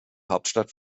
hauptstadt